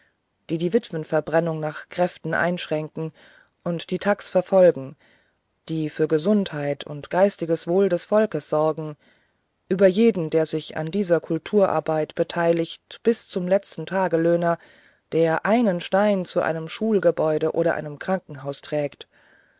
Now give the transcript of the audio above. die die witwenverbrennung nach kräften einschränken und die thags verfolgen die für gesundheit und geistiges wohl des volkes sorgen über jeden der sich an dieser kulturarbeit beteiligt bis zum letzten tagelöhner der einen stein zu einem schulgebäude oder einem krankenhaus trägt